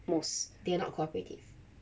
most they are not cooperative